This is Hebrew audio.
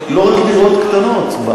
לא רק דירות קטנות.